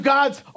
God's